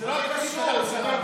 מלכיאלי,